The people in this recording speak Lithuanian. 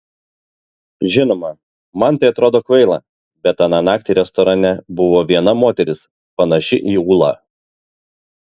žinoma man tai atrodo kvaila bet aną naktį restorane buvo viena moteris panaši į ūlą